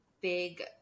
big